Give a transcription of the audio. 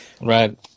Right